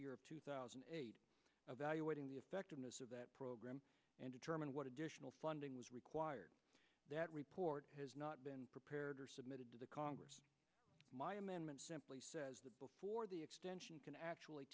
year two thousand evaluating the effectiveness of that program and determine what additional funding was required that report has not been submitted to the congress my amendment simply says that before the extension can actually